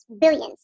billions